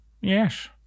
yes